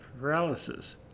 paralysis